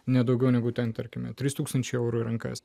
ne daugiau negu ten tarkime trys tūkstančiai eurų į rankas